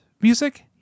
music